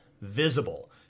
visible